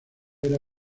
era